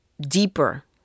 deeper